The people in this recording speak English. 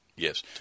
Yes